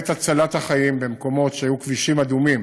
רואה את הצלת החיים במקומות שהיו כבישים אדומים